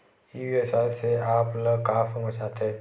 ई व्यवसाय से आप ल का समझ आथे?